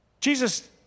Jesus